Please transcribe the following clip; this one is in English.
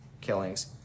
killings